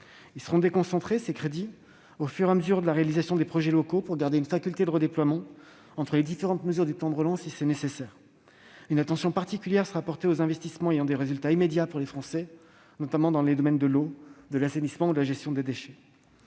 seront déconcentrés au fur et à mesure de la réalisation des projets locaux, pour garder si nécessaire une faculté de redéploiement entre les différentes mesures du plan. Une attention particulière sera portée aux investissements ayant des résultats immédiats pour les Français, notamment dans les domaines de l'eau, de l'assainissement et de la gestion des déchets.